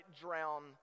drown